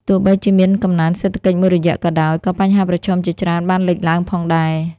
ទោះបីជាមានកំណើនសេដ្ឋកិច្ចមួយរយៈក៏ដោយ ក៏បញ្ហាប្រឈមជាច្រើនបានលេចឡើងផងដែរ។